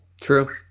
True